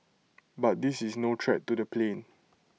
but this is no threat to the plane